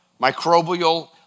microbial